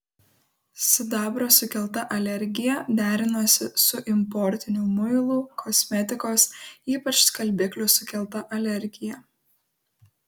sidabro sukelta alergija derinosi su importinių muilų kosmetikos ypač skalbiklių sukelta alergija